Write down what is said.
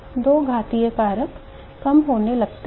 तो घातीय कारक कम होने लगता है